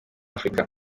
afurika